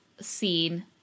scene